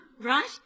right